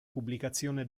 pubblicazione